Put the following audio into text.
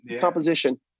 composition